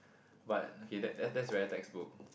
but okay that's that's very textbook